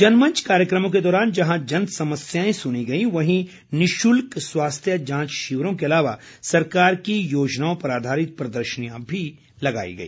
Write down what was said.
जनमंच कार्यक्रमों के दौरान जहां जन समस्याएं सुनी गई वहीं निशुल्क स्वास्थ्य जांच शिविरों के अलावा सरकार की योजनाओं पर आधारित प्रदर्शनी भी लगाई गई